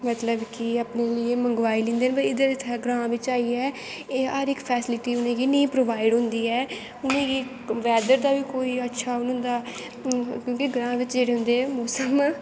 मतलब कि अपने लेई मंगवाई लैंदे न पर इद्धर इत्थै ग्रांऽ बिच्च आइयै एह् हर इक फैस्लिटी उ'नें गी नेईं प्रोवाईड होंदी ऐ उ'नेंगी बैद्दर दा बी कोई अच्छा ओह् निं होंदा क्योंकि ग्रांऽ बिच्च जेह्ड़े होंदे मौसम